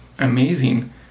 Amazing